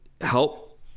help